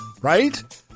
Right